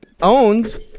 Owns